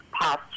past